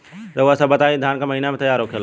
रउआ सभ बताई धान क महीना में तैयार होखेला?